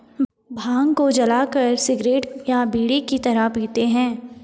भांग को जलाकर सिगरेट या बीड़ी की तरह पीते हैं